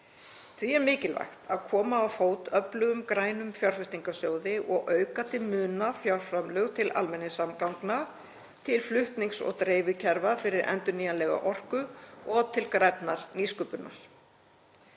Því er mikilvægt að koma á fót öflugum grænum fjárfestingarsjóði og auka til muna fjárframlög til almenningssamgangna, til flutnings- og dreifikerfa fyrir endurnýjanlega orku og til grænnar nýsköpunar.